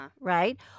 right